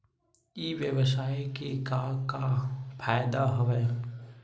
ई व्यवसाय के का का फ़ायदा हवय?